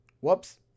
Whoops